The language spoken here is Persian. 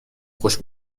خوش